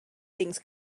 things